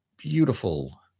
Beautiful